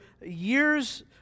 years